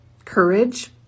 courage